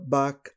back